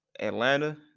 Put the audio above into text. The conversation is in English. Atlanta